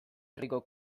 herriko